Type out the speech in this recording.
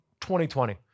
2020